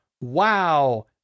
wow